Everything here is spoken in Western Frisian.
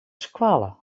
skoalle